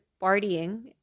partying